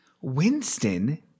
Winston